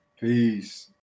Peace